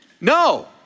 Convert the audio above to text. no